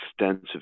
extensive